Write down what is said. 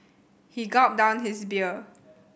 he gulped down his beer